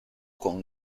con